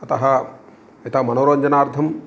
अतः यथा मनोरञ्जनार्थं